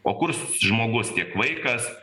o kurs žmogus tiek vaikas